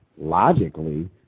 logically